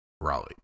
Raleigh